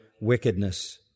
wickedness